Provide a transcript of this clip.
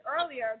earlier